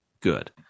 Good